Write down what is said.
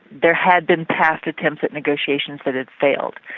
there had been past attempts at negotiations that had failed.